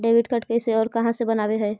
Debit card कैसे और कहां से बनाबे है?